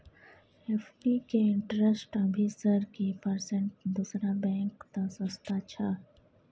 FD के interest अभी sir की परसेंट दूसरा बैंक त सस्ता छः?